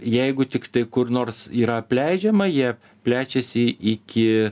jeigu tiktai kur nors yra apleidžiama jie plečiasi iki